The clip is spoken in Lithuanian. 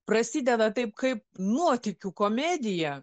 prasideda taip kaip nuotykių komedija